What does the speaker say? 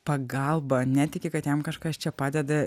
pagalba netiki kad jam kažkas čia padeda